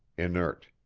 inert,